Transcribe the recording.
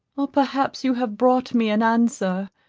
or perhaps you have brought me an answer